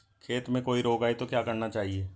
खेत में कोई रोग आये तो क्या करना चाहिए?